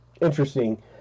Interesting